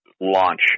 launch